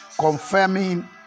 confirming